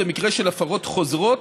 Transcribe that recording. במקרה של הפרות חוזרות,